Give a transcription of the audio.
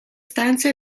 stanza